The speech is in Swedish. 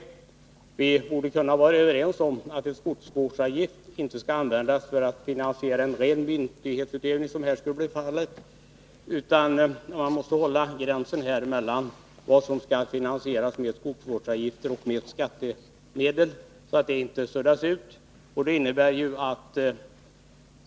Vi borde kunna vara överens om att en skogsvårdsavgift inte skall användas för att finansiera en ren budgetförstärkning, som här skulle bli fallet. Man måste hålla på att gränsen mellan vad som skall finansieras med skogsvårdsåtgärder och vad som skall finansieras med skattemedel inte suddas ut.